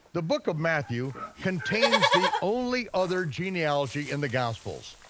the book of matthew contains the only other genealogy in the gospels.